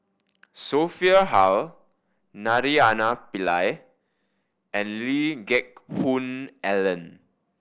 Sophia Hull Naraina Pillai and Lee Geck Hoon Ellen